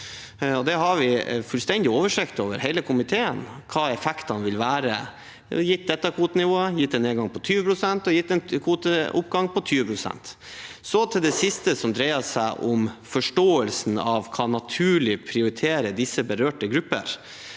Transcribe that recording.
har fullstendig oversikt over hva effektene vil være, gitt dette kvotenivået, gitt en nedgang på 20 pst. og gitt en kvoteoppgang på 20 pst. Så til det siste, som dreier seg om forståelsen av det naturlig å prioritere disse berørte gruppene,